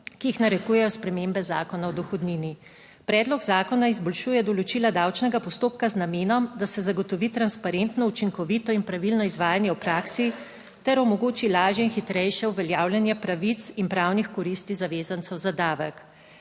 ki jih narekujejo spremembe Zakona o dohodnini. Predlog zakona izboljšuje določila davčnega postopka z namenom, da se zagotovi transparentno, učinkovito in pravilno izvajanje v praksi ter omogoči lažje in hitrejše uveljavljanje pravic in pravnih koristi zavezancev za davek.